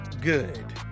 good